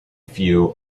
few